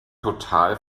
total